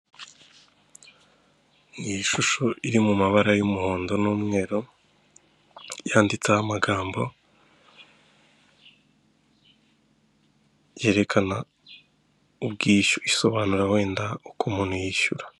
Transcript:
Ni ishusho iri mu mabara y'umuhondo n'umweru yanditseho amagambo yerekana ubwishyu isobanura wenda uko umuntu yishyura.